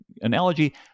analogy